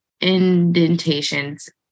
indentations